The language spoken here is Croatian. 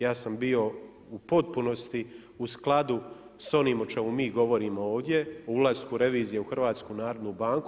Ja sam bio u potpunosti u skladu sa onim o čemu mi govorimo ovdje, o ulasku revizije u HNB.